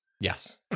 Yes